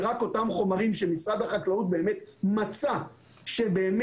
זה רק אותם חומרים שמשרד החקלאות מצא שבאמת